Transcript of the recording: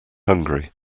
hungry